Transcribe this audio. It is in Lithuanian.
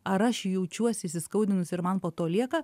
ar aš jaučiuosi įskaudinus ir man po to lieka